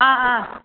ह हा